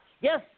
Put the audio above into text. Yes